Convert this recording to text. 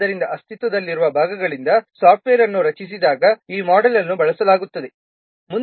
ಆದ್ದರಿಂದ ಅಸ್ತಿತ್ವದಲ್ಲಿರುವ ಭಾಗಗಳಿಂದ ಸಾಫ್ಟ್ವೇರ್ ಅನ್ನು ರಚಿಸಿದಾಗ ಈ ಮೋಡೆಲ್ ಅನ್ನು ಬಳಸಲಾಗುತ್ತದೆ